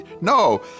No